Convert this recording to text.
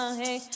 hey